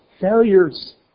failures